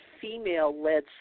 female-led